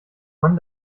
man